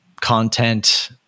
content